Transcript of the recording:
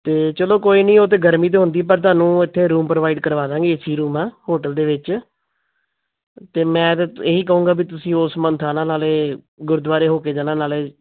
ਅਤੇ ਚਲੋ ਕੋਈ ਨਹੀਂ ਉਹ ਤਾਂ ਗਰਮੀ ਤਾਂ ਹੁੰਦੀ ਪਰ ਤੁਹਾਨੂੰ ਇੱਥੇ ਰੂਮ ਪ੍ਰੋਵਾਈਡ ਕਰਵਾ ਦਾਂਗੇ ਏ ਸੀ ਰੂਮ ਆ ਹੋਟਲ ਦੇ ਵਿੱਚ ਅਤੇ ਮੈਂ ਤਾਂ ਇਹੀ ਕਹੂੰਗਾ ਵੀ ਤੁਸੀਂ ਉਸ ਮੰਨਥ ਆਉਣਾ ਨਾਲੇ ਗੁਰਦੁਆਰੇ ਹੋ ਕੇ ਜਾਣਾ ਨਾਲੇ